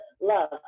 love